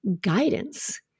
guidance